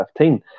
2015